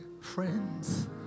friends